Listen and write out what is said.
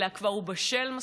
אלא הוא בשל מספיק,